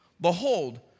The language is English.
Behold